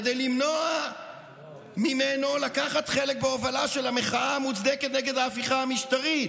כדי למנוע ממנו לקחת חלק בהובלה של המחאה המוצדקת נגד ההפיכה המשטרית.